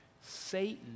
Satan